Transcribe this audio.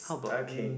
okay